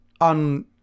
on